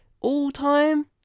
All-time